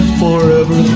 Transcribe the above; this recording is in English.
forever